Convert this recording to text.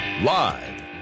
Live